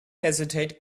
hesitate